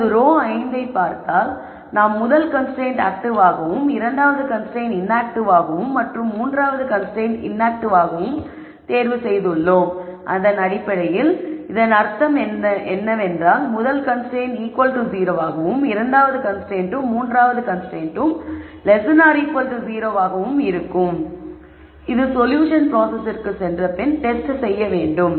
இப்போது ரோ 5 பார்த்தால் நாம் முதல் கன்ஸ்ரைன்ட்டை ஆக்டிவாகவும் இரண்டாவது கன்ஸ்ரைன்ட்டை இன்ஆக்டிவாகவும் மற்றும் மூன்றாவது கன்ஸ்ரைன்ட்டை இன்ஆக்டிவாகவும் தேர்வு செய்துள்ளோம் அதாவது அடிப்படையில் இதன் அர்த்தம் என்னவென்றால் முதல் கன்ஸ்ரைன்ட் 0 ஆகவும் இரண்டாவது மற்றும் மூன்றாவது கன்ஸ்ரைன்ட்கள் 0 ஆகவும் இருக்க வேண்டும் இது சொல்யூஷன் பிராசஸ்ஸிற்கு சென்றபின் டெஸ்ட் செய்ய வேண்டும்